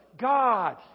God